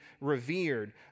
revered